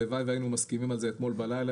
הלוואי והיינו מסכימים על זה אתמול בלילה,